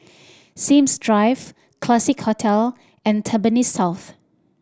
Sims Drive Classique Hotel and Tampines South